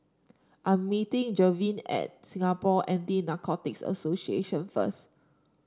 I'm meeting Gavyn at Singapore Anti Narcotics Association first